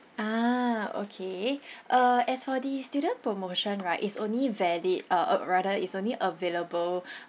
ah okay uh as for the student promotion right it's only valid uh or rather it's only available